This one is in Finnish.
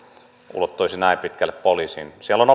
ulottuisi näin pitkälle poliisiin siellä on